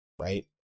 right